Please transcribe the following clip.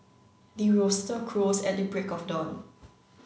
the rooster crows at the break of dawn